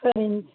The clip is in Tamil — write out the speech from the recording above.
சரிங்க